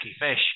fish